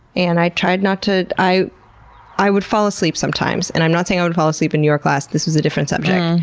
and i tried not to, but i would fall asleep sometimes. and i'm not saying i would fall asleep in your class, this was a different subject.